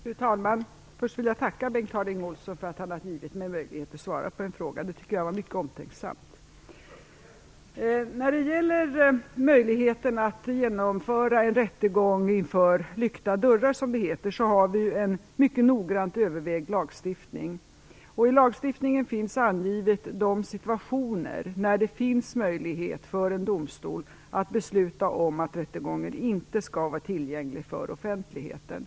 Fru talman! Först vill jag tacka Bengt Harding Olson för att han har givit mig möjlighet att svara på en fråga. Jag tycker att det var mycket omtänksamt. När det gäller möjligheterna att genomföra en rättegång inför, som det heter, lyckta dörrar har vi en mycket noggrant övervägd lagstiftning. I lagstiftningen finns angivet de situationer där det finns möjlighet för en domstol att besluta om att rättegången inte skall vara tillgänglig för offentligheten.